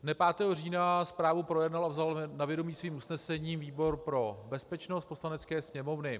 Dne 5. října zprávu projednal a vzal na vědomí svým usnesením výbor pro bezpečnost Poslanecké sněmovny.